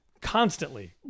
constantly